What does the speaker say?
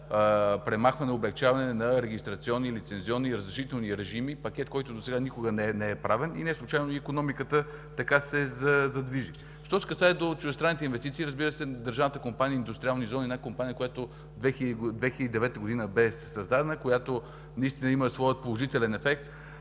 премахване, облекчаване на регистрационни, лицензионни и разрешителни режими – пакет, който досега никога не е правен. И неслучайно и икономиката така се задвижи. Що се касае до чуждестранните инвестиции, разбира се, „Национална компания Индустриални зони” е една компания, която бе създадена 2009 г., която наистина има своя положителен ефект.